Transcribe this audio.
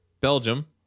Belgium